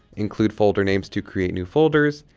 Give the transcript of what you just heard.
include folder names to create new folders,